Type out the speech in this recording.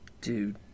Dude